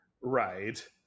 right